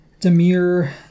Demir